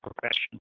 profession